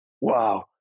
wow